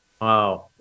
Wow